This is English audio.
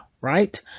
right